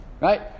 Right